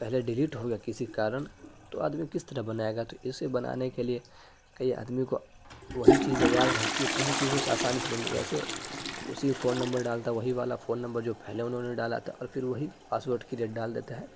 پہلے ڈیلیٹ ہو گیا کسی کارن تو آدمی کس طرح بنائے گا تو اسے بنانے کے لیے کئی آدمی کو وہی چیزیں یاد رہتی ہے تو انہیں چیزوں سے آسانی سے بن جائے جیسے اسی فون نمبر ڈالتا وہی والا فون نمبر جو پہلے انہوں نے ڈالا تھا اور پھر وہی پاسورڈ کریٹ ڈال دیتا ہے